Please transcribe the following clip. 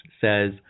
says